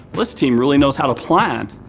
this team really knows how to plan.